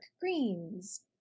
greens